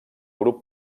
grup